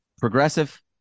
progressive